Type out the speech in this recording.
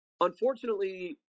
Unfortunately